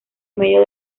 medio